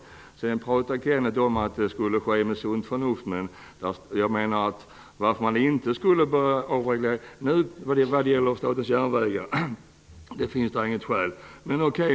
Kenneth Attefors pratar sedan om att detta skall ske med sunt förnuft. Jag menar att det inte finns något skäl för att inte avreglera Statens järnvägar.